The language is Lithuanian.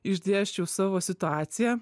išdėsčiau savo situaciją